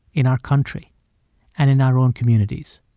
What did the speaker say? in our country and in our own communities.